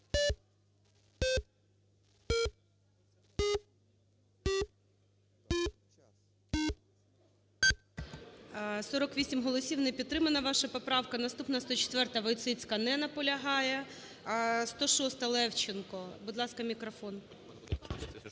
За-48 Не підтримана ваша поправка. Наступна, 104-а,Войціцька. Не наполягає. 106-а,Левченко. Будь ласка, мікрофон.